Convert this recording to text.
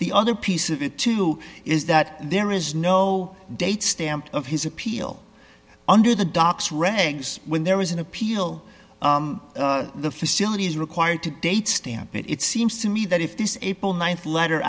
the other piece of it too is that there is no date stamp of his appeal under the docks regs when there is an appeal the facility is required to date stamp it it seems to me that if this is april th letter